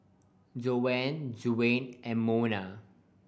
Dionne Dwaine and Monna